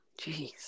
jeez